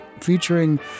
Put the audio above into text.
Featuring